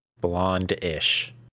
blonde-ish